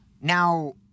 Now